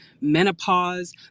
menopause